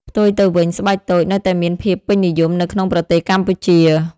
ផ្ទុយទៅវិញ ស្បែកតូចនៅតែមានភាពពេញនិយមនៅក្នុងប្រទេសកម្ពុជា។